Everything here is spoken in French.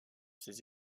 ses